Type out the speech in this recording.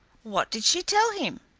what did she tell him?